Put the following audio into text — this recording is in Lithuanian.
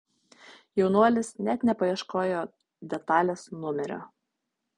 jaunuolis net nepaieškojo detalės numerio